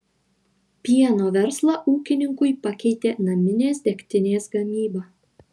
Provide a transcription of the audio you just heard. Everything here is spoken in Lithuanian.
pieno verslą ūkininkui pakeitė naminės degtinės gamyba